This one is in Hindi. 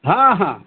हाँ हाँ